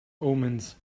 omens